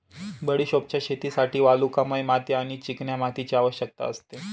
बडिशोपच्या शेतीसाठी वालुकामय माती आणि चिकन्या मातीची आवश्यकता असते